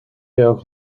jouw